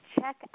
check